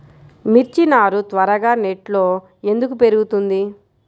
మిర్చి నారు త్వరగా నెట్లో ఎందుకు పెరుగుతుంది?